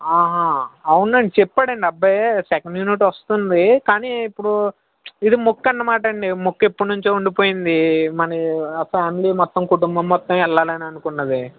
అవునండి చెప్పాడండి అబ్బాయి సెకండ్ యునిట్ వస్తుంది కానీ ఇప్పుడు ఇది మొక్కు అన్నమాట అండి మొక్కు ఎప్పటినుంచో ఉండిపోయింది మరి ఫ్యామిలీ మొత్తం కుటుంబం మొత్తం వెళ్ళాలని అనుకున్నది